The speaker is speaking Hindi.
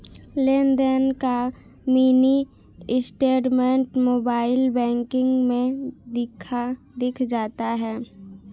लेनदेन का मिनी स्टेटमेंट मोबाइल बैंकिग में दिख जाता है